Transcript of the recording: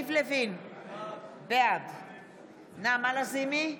יריב לוין, בעד נעמה לזימי,